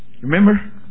Remember